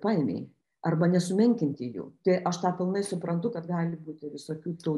paėmei arba nesumenkinti jų tai aš tą pilnai suprantu kad gali būti visokių tų